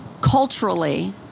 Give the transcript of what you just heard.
culturally